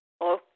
Hello